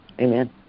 Amen